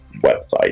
website